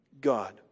God